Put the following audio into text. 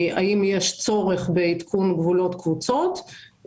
האם יש צורך בעדכון גבולות קבוצות,